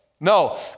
No